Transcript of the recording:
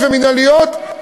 מינהליות ואחרות.